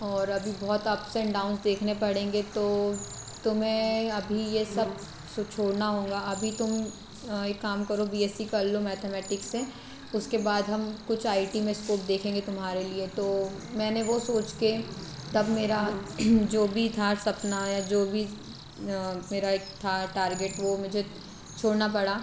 और अभी बहुत अप्स एंड डाउंस देखने पड़ेंगे तो तुम्हें अभी यह सब सो छोड़ना होगा अभी तुम एक काम करो बी एस सी कर लो मैथमेटिक्स से उसके बाद हम कुछ आई टी में स्कोप देखेंगे तुम्हारे लिए तो मैंने वो सोच के तब मेरा जो भी था सपना या जो भी मेरा एक था टारगेट वो मुझे छोड़ना पड़ा